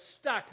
stuck